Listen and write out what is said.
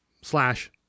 slash